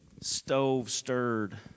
stove-stirred